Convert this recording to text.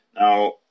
Now